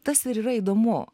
tas ir yra įdomu